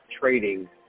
trading